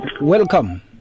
Welcome